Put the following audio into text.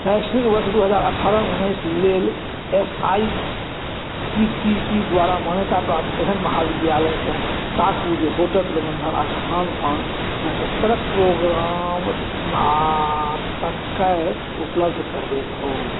शैक्षणिक वर्ष दू हज़ार अठारह उन्नैस लेल S I C T E द्वारा मान्यताप्राप्त एहन महाविद्यालयकेँ ताकू जे होटल प्रबंधन आ खानपानमे स्तरक प्रोग्राम स्नातकय उपलब्ध करबैत हो